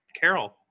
Carol